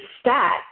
stat